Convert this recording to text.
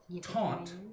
Taunt